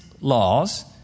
laws